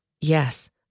Yes